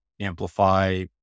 amplify